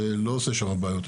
זה לא עושה שם בעיות.